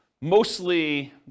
mostly